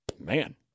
man